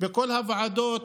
בכל הוועדות